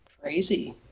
crazy